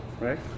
right